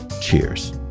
Cheers